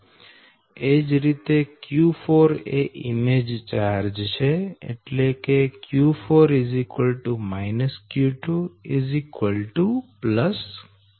એ જ રીતે q4 એ ઈમેજ ચાર્જ છે એટલે q4 q2 q થશે